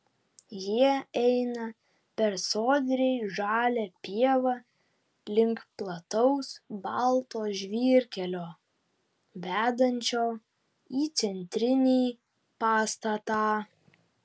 jie eina per sodriai žalią pievą link plataus balto žvyrkelio vedančio į centrinį pastatą